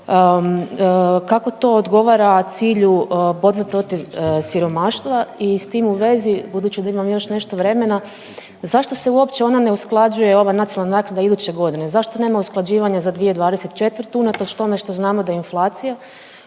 kako to odgovara cilju borbe protiv siromaštva i s tim u vezi, budući da imam još nešto vremena zašto se uopće ona ne usklađuje ova nacionalna naknada iduće godine? Zašto nema usklađivanja za 2024. unatoč tome što znamo da je inflacija